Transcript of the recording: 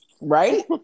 Right